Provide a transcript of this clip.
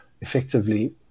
effectively